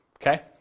Okay